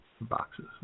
boxes